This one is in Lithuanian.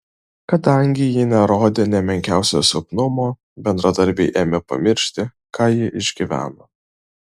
kadangi ji nerodė nė menkiausio silpnumo bendradarbiai ėmė pamiršti ką ji išgyveno